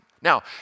Now